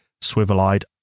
swivel-eyed